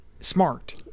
smart